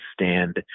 stand